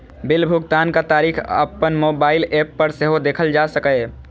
bill भुगतानक तारीख अपन मोबाइल एप पर सेहो देखल जा सकैए